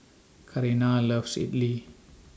Carina loves Idly